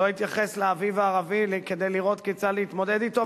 לא התייחס לאביב הערבי כדי לראות כיצד להתמודד אתו,